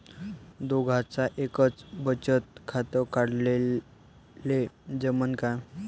दोघाच एकच बचत खातं काढाले जमनं का?